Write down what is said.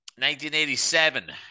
1987